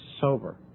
sober